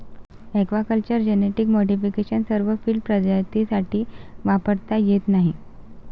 aquaculture genetic modification सर्व field प्रजातींसाठी वापरता येत नाही